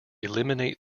eliminate